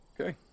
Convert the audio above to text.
Okay